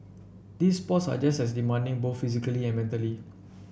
these sports are just as demanding both physically and mentally